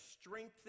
strengthen